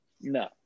No